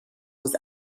was